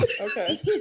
Okay